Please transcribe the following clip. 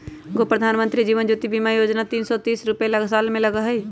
गो प्रधानमंत्री जीवन ज्योति बीमा योजना है तीन सौ तीस रुपए साल में लगहई?